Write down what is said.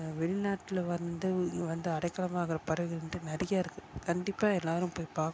வெளிநாட்டில் வந்து வந்து அடைக்கலமாகிற பறவைகள் வந்து நிறைய இருக்குது கண்டிப்பாக எல்லாரும் போய் பார்க்கணும்